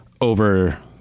over